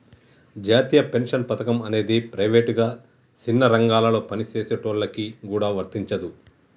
జాతీయ పెన్షన్ పథకం అనేది ప్రైవేటుగా సిన్న రంగాలలో పనిచేసుకునేటోళ్ళకి గూడా వర్తించదు